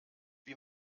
wie